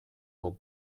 will